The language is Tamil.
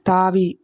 தாவி